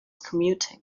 commuting